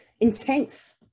Intense